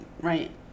right